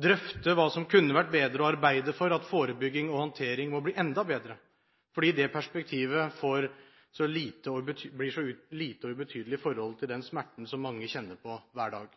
drøfte hva som kunne ha vært bedre, og arbeide for at forebygging og håndtering må bli enda bedre, fordi perspektivet blir så lite og ubetydelig i forhold til den smerten som mange kjenner på hver dag.